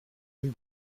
rue